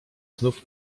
znów